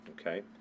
okay